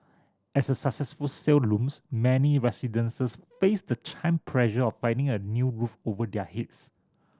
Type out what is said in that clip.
as a successful sale looms many face the time pressure of finding a new roof over their heads